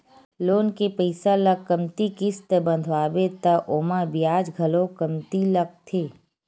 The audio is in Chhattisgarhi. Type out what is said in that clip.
लोन के पइसा ल कमती किस्त बंधवाबे त ओमा बियाज घलो कमती लागथे